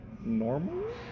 normal